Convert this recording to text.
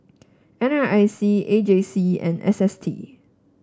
N R I C A J C and S S T